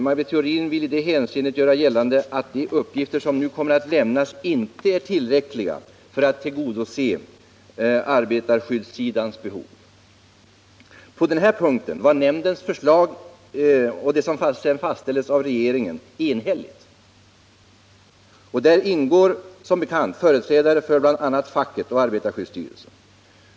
Maj Britt Theorin ville i det hänseendet göra gällande att de uppgifter som nu kommer att lämnas inte är tillräckliga för att tillgodose arbetarskyddssidans behov. På denna punkt var nämndens förslag, som sedan fastställdes av regeringen, enhälligt. I nämnden ingår, som bekant, företrädare för bl.a. facket och arbetarskyddsstyrelsen.